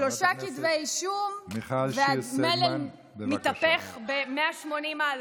שלושה כתבי אישום, והמלל מתהפך ב-180 מעלות.